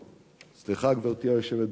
סליחה, גברתי היושבת בראש,